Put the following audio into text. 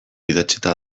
idatzita